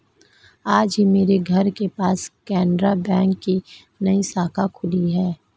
आज ही मेरे घर के पास केनरा बैंक की नई शाखा खुली है